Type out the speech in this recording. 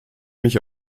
mich